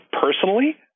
personally